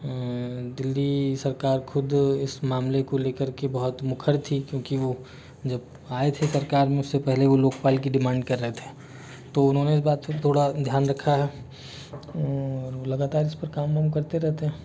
दिल्ली सरकार खुद इस मामले को लेकर के बहुत मुखर थी क्योंकि वो जब आए थे तब सरकार मे उससे पहले वो लोग की डिमांड कर रहे थे तो उन्होंने इस बात पर थोड़ा ध्यान रखा है लगातार इस पर काम वाम करते रहते है